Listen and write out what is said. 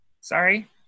Sorry